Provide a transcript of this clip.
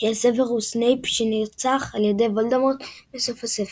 של סוורוס סנייפ שנרצח על ידי וולדמורט בסוף הספר.